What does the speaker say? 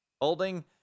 Holding